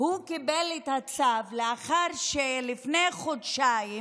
הוא קיבל את הצו לאחר שלפני חודשיים